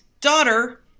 daughter